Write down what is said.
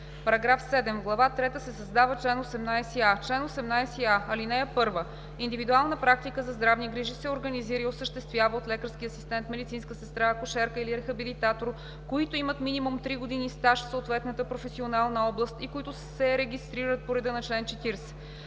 В глава трета се създава чл. 18а: „Чл. 18а. (1) Индивидуална практика за здравни грижи се организира и осъществява от лекарски асистент, медицинска сестра, акушерка или рехабилитатор, които имат минимум три години стаж в съответната професионална област и които се регистрират по реда на чл. 40.